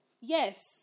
Yes